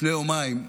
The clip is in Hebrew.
לפני יומיים,